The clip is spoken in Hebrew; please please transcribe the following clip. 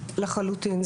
לחלוטין.